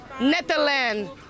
Netherlands